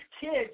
kids